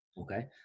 Okay